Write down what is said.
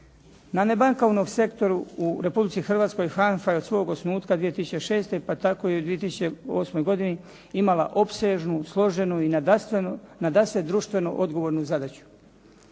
Na nebankovnom sektoru u Republici Hrvatskoj HANFA je od svog osnutka 2006. pa tako i u 2008. godini imala opsežnu, složenu i nadasve društveno odgovornu zadaću.